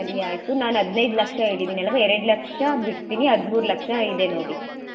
ಸರಿ ಆಯಿತು ನಾನು ಹದ್ನೈದು ಲಕ್ಷ ಹೇಳಿದ್ದೀನಲ್ವ ಎರಡು ಲಕ್ಷ ಬಿಡ್ತೀನಿ ಹದ್ಮೂರು ಇದೆ ನೋಡಿ